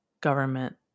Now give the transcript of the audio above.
government